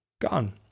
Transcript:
gone